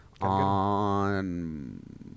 on